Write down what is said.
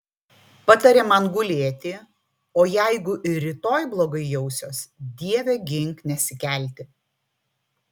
patarė man gulėti o jeigu ir rytoj blogai jausiuosi dieve gink nesikelti